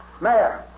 Mayor